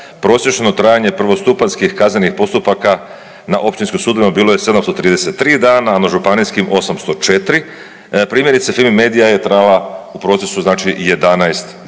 Prosječno trajanje prvostupanjskih kaznenih postupaka na općinskim sudovima bilo je 733 dana, a na županijskim 804, a primjerice Fimi medija je trajala u procesu 11 godina.